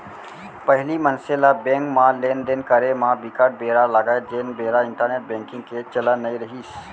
पहिली मनसे ल बेंक म लेन देन करे म बिकट बेरा लगय जेन बेरा इंटरनेंट बेंकिग के चलन नइ रिहिस